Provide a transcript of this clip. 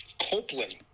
Copeland